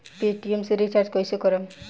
Paytm से recharge कईसे करम?